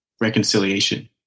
reconciliation